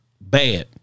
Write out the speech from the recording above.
Bad